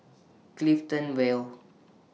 Clifton Vale